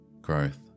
growth